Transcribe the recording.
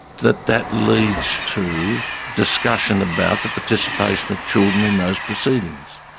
that that leads to discussion about the participation of children in those proceedings,